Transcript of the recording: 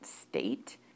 state